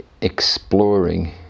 exploring